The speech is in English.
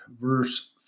verse